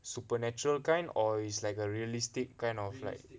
supernatural kind or it's like a realistic kind of like